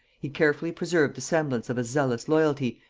he carefully preserved the semblance of a zealous loyalty,